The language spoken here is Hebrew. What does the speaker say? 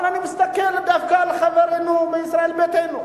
אבל אני מסתכל דווקא על חברינו בישראל ביתנו.